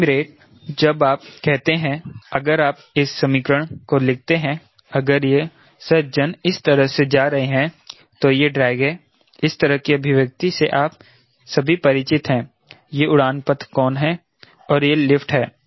climb rate जब आप कहते हैं अगर आप इस समीकरण को लिखते हैं अगर यह सज्जन इस तरह से जा रहे हैं तो यह ड्रैग है इस तरह की अभिव्यक्ति से आप सभी परिचित हैं यह उड़ान पथ कोण है और यह लिफ्ट है